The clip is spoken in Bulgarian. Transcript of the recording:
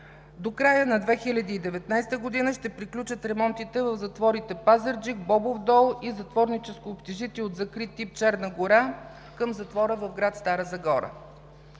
До края на 2019 г. ще приключат ремонтите в затворите в Пазарджик, Бобов дол и в Затворническото общежитие от закрит тип „Черна гора“ към затвора в град Стара Загора.